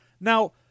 now